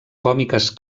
còmiques